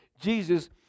Jesus